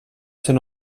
ser